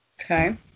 Okay